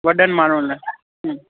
वॾनि माण्हुनि लाइ